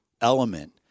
element